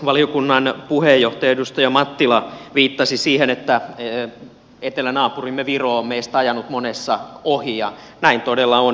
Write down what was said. valiokunnan puheenjohtaja edustaja mattila viittasi siihen että etelänaapurimme viro on meistä ajanut monessa ohi ja näin todella on